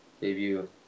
debut